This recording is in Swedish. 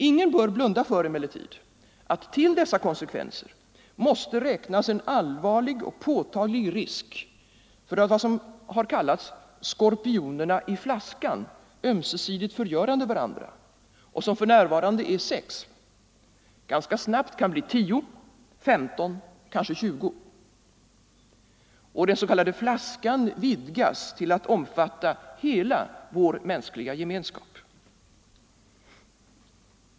Ingen bör dock blunda för att till dessa konsekvenser måste räknas en påtaglig risk för att vad som kallats skorpionerna i flaskan, ömsesidigt förgörande varandra, och som för närvarande är sex ganska snabbt kan bli tio, femton, kanske tjugo. Och den s.k. flaskan vidgas till att omfatta hela vår mänskliga gemenskap.